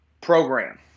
program